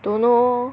dunno